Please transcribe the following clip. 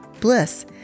bliss